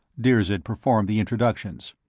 dirzed performed the introductions.